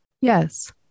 Yes